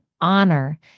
honor